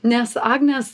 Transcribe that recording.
nes agnės